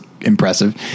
impressive